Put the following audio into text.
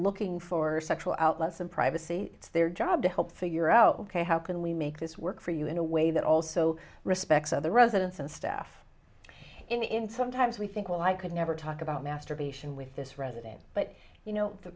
looking for sexual outlets and privacy it's their job to help figure out ok how can we make this work for you in a way that also respects other residents and staff in sometimes we think well i could never talk about masturbation with this resident but you know the